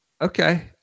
okay